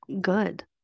good